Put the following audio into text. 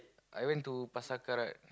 I went to Pasar-Karat